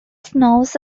snows